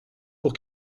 pour